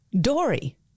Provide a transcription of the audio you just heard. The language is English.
Dory